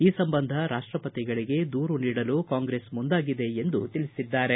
ಈ ಸಂಬಂಧ ರಾಷ್ಟಪತಿಗಳಿಗೆ ದೂರು ನೀಡಲು ಕಾಂಗ್ರೆಸ್ ಮುಂದಾಗಿದೆ ಎಂದು ತಿಳಿಸಿದ್ದಾರೆ